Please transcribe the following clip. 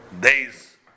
days